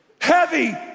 heavy